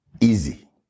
easy